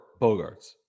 Bogarts